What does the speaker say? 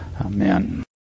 Amen